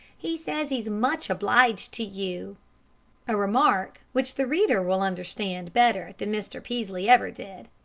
he says he's much obliged to you a remark which the reader will understand better than mr. peaslee ever did.